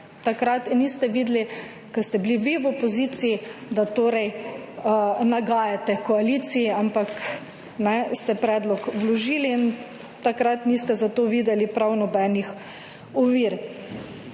takrat niste videli, ko ste bili vi v opoziciji, da torej nagajate koaliciji, ampak ste predlog vložili in takrat niste za to videli prav nobenih ovir.